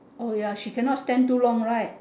oh ya she cannot stand too long right